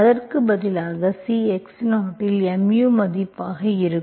அதற்கு பதிலாக C x0 இல் mu மதிப்பாக வரும்